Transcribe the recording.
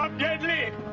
um deadly.